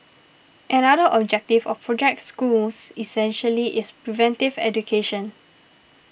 another objective of Project Schools essentially is preventive education